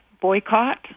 boycott